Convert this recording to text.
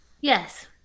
Yes